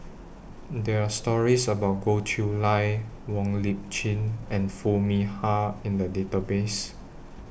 There Are stories about Goh Chiew Lye Wong Lip Chin and Foo Mee Har in The Database